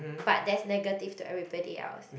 but that's negative to everybody else